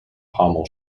pommel